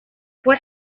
fue